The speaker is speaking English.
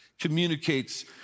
communicates